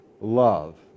love